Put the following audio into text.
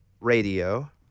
radio